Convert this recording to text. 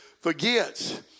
forgets